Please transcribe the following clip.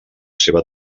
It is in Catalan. seva